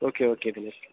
okay okay Dinesh